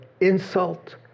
insult